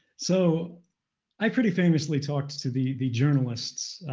so i pretty famously talked to the the journalists,